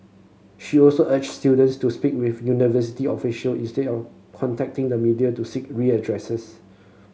she also urged students to speak with university official instead of contacting the media to seek redress